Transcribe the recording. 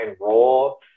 role